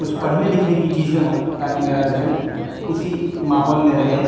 کچھ پڑھنے لکھنے کی چیزیں ہوں تاکہ میرا ذہن اسی ماحول میں رہے